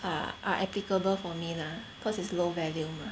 are are applicable for me lah cause it's low value mah